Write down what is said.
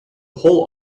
whole